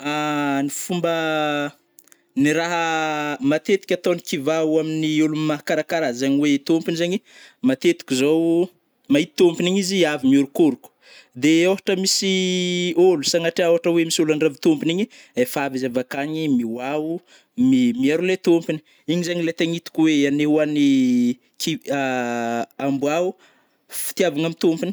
Ny fomba a, ny raha matetika ataogny kiva ho amin'ny ôlogno mahakarakara azy zagny oe tômpony zegny matetiky zao mahita tômpony igny izy avy mihôrokôroko, de ôhatra misy ôlo sagnatria ôhatra oe misy ôlo handrava tômpony igny efa avy izy avakagny mihoaho, mi-miaro le tômpony, igny zegny le tegna itako oe anehoagny ki- amboa o fitiavagna ami tômpony.